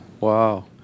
Wow